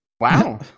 Wow